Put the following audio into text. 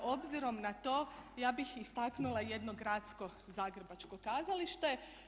Obzirom na to ja bih istaknula jedno gradsko zagrebačko kazalište.